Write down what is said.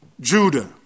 Judah